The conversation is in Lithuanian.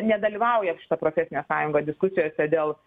nedalyvauja šita profesinė sąjunga diskusijose dėl